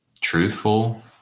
truthful